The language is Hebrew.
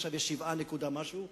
עכשיו יש שבעה נקודה משהו.